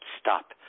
stop